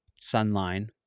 Sunline